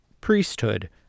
priesthood